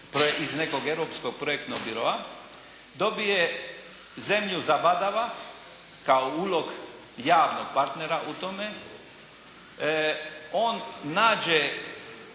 iz nekog europskog projektnog biroa, dobije zemlju za badava kao ulog javnog partnera u tome, on nađe